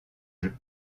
jeu